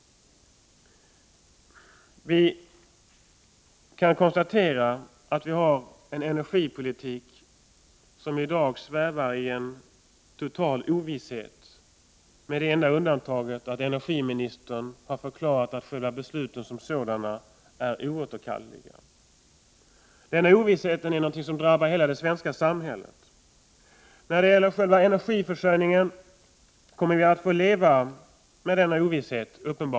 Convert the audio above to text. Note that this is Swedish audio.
Vi kan konstatera att vi har en energipolitik som i dag svävar i total ovisshet, med det enda undantaget att energiministern har förklarat att besluten som sådana är oåterkalleliga. Denna ovisshet är någonting som drabbar hela det svenska samhället. När det gäller själva energiförsörjningen kommer vi uppenbarligen att få leva med denna ovisshet.